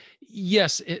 yes